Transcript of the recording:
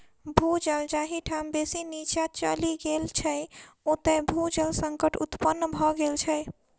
भू जल जाहि ठाम बेसी नीचाँ चलि गेल छै, ओतय भू जल संकट उत्पन्न भ गेल छै